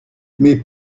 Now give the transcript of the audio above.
mes